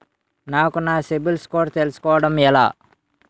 నాకు నా CIBIL score తెలుసుకోవడం ఎలా?